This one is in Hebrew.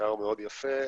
מחקר מאוד יפה.